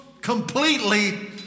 completely